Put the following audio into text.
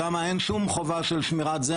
שם אין שום חובה של שמירת ---.